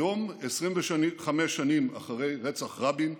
היום, 25 שנים אחרי רצח רבין,